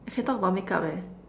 we can talk about make-up leh